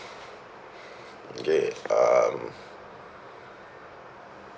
okay um